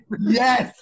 yes